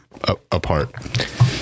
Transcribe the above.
apart